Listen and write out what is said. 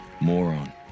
moron